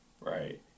Right